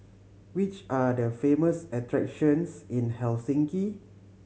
which are the famous attractions in Helsinki